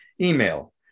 email